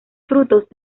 frutos